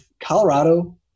Colorado